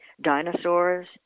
dinosaurs